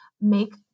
make